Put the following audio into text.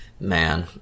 Man